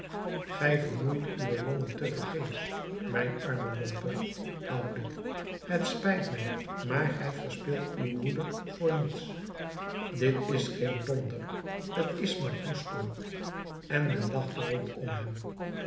gij vermoeit uw longen tevergeefs mijn arme lompe oude het spijt mij maar gij verspilt uw woede voor niets dit is geen donder t is maar hoesten en men lachte rondom